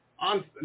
on